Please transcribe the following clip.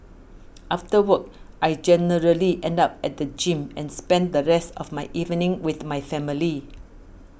after work I generally end up at the gym and spend the rest of my evening with my family